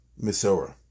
Misora